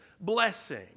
blessing